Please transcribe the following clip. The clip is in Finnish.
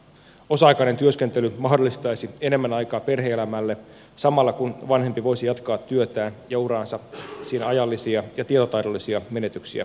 osa aikainen työskentely mahdollistaisi enemmän aikaa perhe elämälle samalla kun vanhempi voisi jatkaa työtään ja uraansa siinä ajallisia ja tietotaidollisia menetyksiä kokematta